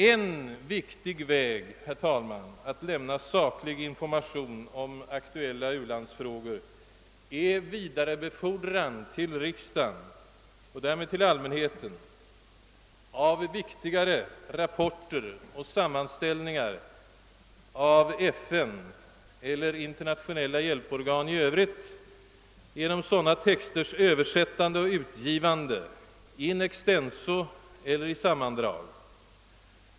En viktig väg att lämna saklig information om aktuella u-landsfrågor är vidarebefordran till riksdagen, och därmed till allmänheten, av viktigare rapporter och sammanställningar av FN eller internationella hjälporgan i övrigt genom sådana texters översättande och utgivande — in extenso eller i sammandrag.